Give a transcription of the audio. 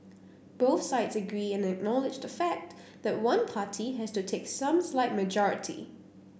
both sides agree and acknowledge the fact that one party has to take some slight majority